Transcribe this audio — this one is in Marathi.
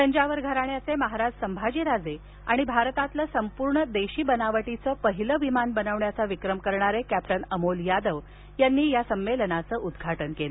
तंजावर घराण्याचे महाराज संभाजीराजे आणि भारतातलं संपूर्ण देशी बनावटीचं पहिलं विमान बनवण्याचा विक्रम करणारे कॅप्टन अमोल यादव यांनी विश्व मराठी युवा संमेलनाचे उद्घाटन केलं